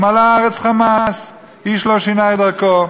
מלאה הארץ חמס, איש לא שינה את דרכו.